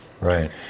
right